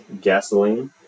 gasoline